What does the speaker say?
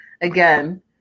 again